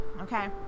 Okay